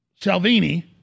Salvini